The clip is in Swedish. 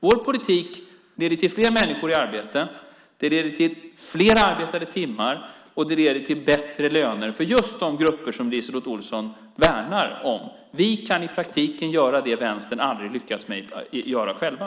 Vår politik leder till fler människor i arbete, fler arbetade timmar och bättre löner för just de grupper som LiseLotte Olsson värnar om. Vi kan i praktiken göra det Vänstern aldrig lyckats med att göra själva.